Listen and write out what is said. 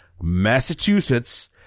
Massachusetts